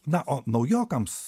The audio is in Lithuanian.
na o naujokams